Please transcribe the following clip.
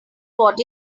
what